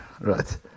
right